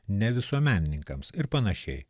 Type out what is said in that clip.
ne visuomenininkams ir panašiai